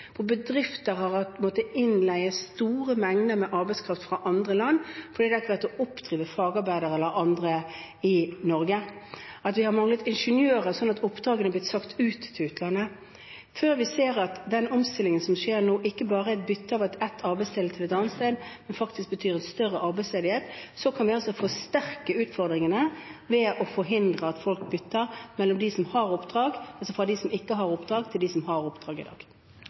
har vært mangel på arbeidskraft, hvor bedrifter har måttet leie inn store mengder med arbeidskraft fra andre land fordi fagarbeidere eller andre ikke har vært å oppdrive i Norge. Vi har manglet ingeniører, så oppdragene har gått til utlandet. Før vi ser at den omstillingen som skjer nå, ikke bare er et bytte av ett arbeidssted med et annet, men faktisk betyr større arbeidsledighet, kan vi forsterke utfordringene ved å forhindre at folk bytter fra dem som ikke har oppdrag, til dem som har oppdrag i dag. Dermed er den muntlige spørretimen omme. Til representantenes orientering vil presidenten meddele at det i dag